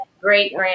great